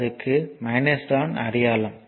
அதுக்கு தான் அடையாளம்